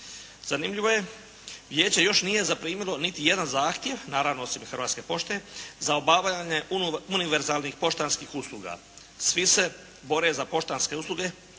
Zanimljivo je, Vijeće još nije zaprimilo niti jedan zahtjev, naravno osim Hrvatske pošte, za obavljanje univerzalnih poštanskih usluga. Svi se bore za poštanske usluge,